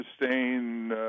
sustain